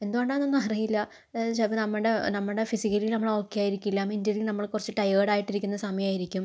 എന്ത് കൊണ്ടാന്നൊന്നും അറിയില്ല ചിലപ്പോൾ നമ്മുടെ നമ്മുടെ ഫിസിക്കലി നമ്മൾ ഓക്കെ ആയിരിക്കില്ല മെന്റലി നമ്മൾ കുറച്ച് ടയേർഡ് ആയിട്ടിരിക്കുന്ന സമയമായിരിക്കും